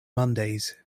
mondays